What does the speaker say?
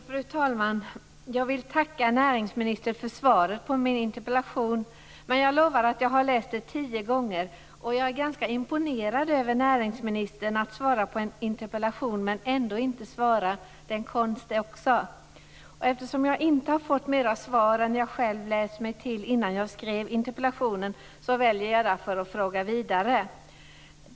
Fru talman! Jag vill tacka näringsministern för svaret på min interpellation. Men jag lovar att jag har läst det tio gånger. Och jag är ganska imponerad över att näringsministern svarar på en interpellation men ändå inte svarar på den. Det är också en konst. Eftersom jag inte har fått mera svar än jag själv har läst mig till innan jag skrev interpellationen, väljer jag därför att fråga vidare.